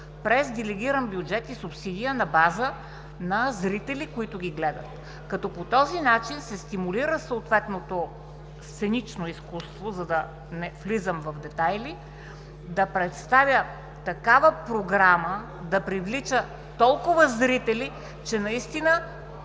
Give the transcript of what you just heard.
през делегиран бюджет и субсидия на база на зрители, които ги гледат, като по този начин се стимулира съответното сценично изкуство, за да не влизам в детайли, да представя такава програма, да привлича толкова зрители, че наистина